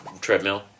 treadmill